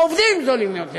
העובדים זולים יותר,